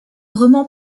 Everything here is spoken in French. roman